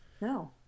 No